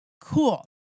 cool